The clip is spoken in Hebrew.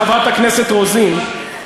חברת הכנסת רוזין,